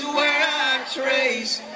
um trace